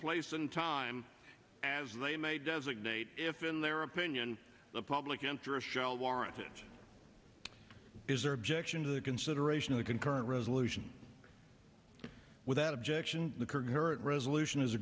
place and time as they may designate if in their opinion the public interest shall warrant it is their objection to the consideration of the concurrent resolution without objection the current resolution is a